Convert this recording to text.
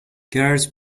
garrett